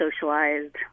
socialized